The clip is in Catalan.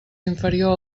inferior